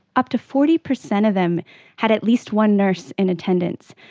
up to forty percent of them had at least one nurse in attendance.